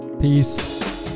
Peace